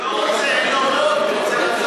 הוא לא רוצה, מיקי,